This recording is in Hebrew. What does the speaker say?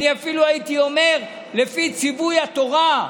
הייתי אפילו אומר לפי ציווי התורה,